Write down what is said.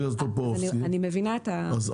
בסדר.